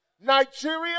Nigeria